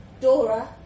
Dora